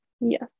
yes